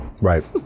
Right